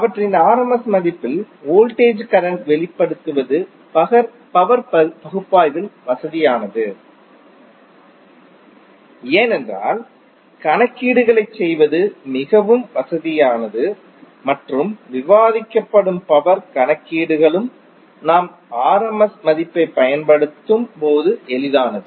அவற்றின் rms மதிப்பில் voltage current வெளிப்படுத்துவது பவர் பகுப்பாய்வில் வசதியானது ஏனென்றால் கணக்கீடுகளைச் செய்வது மிகவும் வசதியானது மற்றும் விவாதிக்கப்படும் பவர் கணக்கீடுகளும் நாம் rms மதிப்பைப் பயன்படுத்தும் போது எளிதானது